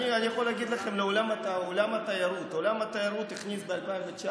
אני יכול להגיד לכם על עולם התיירות: עולם התיירות הכניס ב-2019,